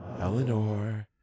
Eleanor